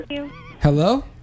Hello